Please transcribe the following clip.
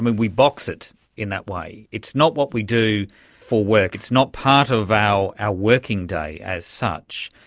we we box it in that way. it's not what we do for work, it's not part of our our working day as such.